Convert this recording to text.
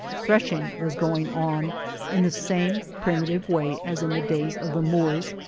threshing was going on in the same primitive way as in the days of the moors,